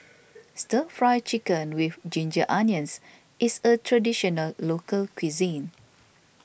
Stir Fry Chicken with Ginger Onions is a Traditional Local Cuisine